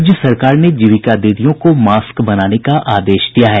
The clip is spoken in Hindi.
राज्य सरकार ने जीविका दीदियों को मास्क बनाने का आदेश दिया है